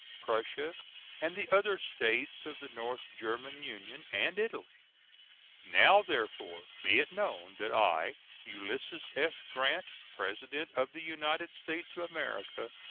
prussia and the other states of the north german union, and italy now, therefore, be it known that i, ulysses s. grant, president of the united states of america,